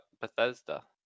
Bethesda